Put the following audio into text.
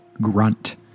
grunt